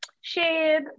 shade